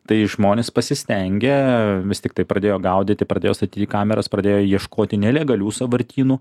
tai žmonės pasistengė vis tiktai pradėjo gaudyti pradėjo statyti kameras pradėjo ieškoti nelegalių sąvartynų